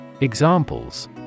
Examples